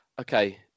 okay